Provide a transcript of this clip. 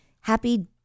happy